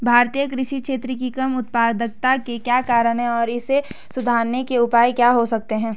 भारतीय कृषि क्षेत्र की कम उत्पादकता के क्या कारण हैं और इसे सुधारने के उपाय क्या हो सकते हैं?